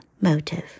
motive